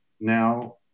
now